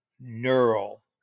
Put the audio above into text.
neural